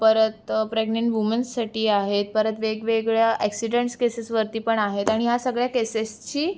परत प्रेग्नन्ट वुमन्ससाठी आहेत परत वेगवेगळ्या ॲक्सिडंट्स केसेसवरती पण आहेत आणि ह्या सगळ्या केसेसची